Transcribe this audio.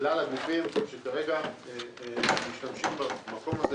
כלל הגופים שכרגע משתמשים במקום הזה,